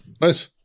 Nice